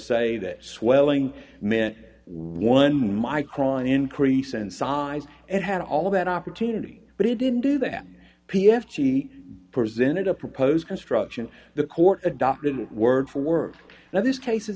say that swelling meant one micron increase in size and had all that opportunity but it didn't do that p s g presented a proposed construction the court adopted it word for word now this case i